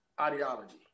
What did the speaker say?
ideology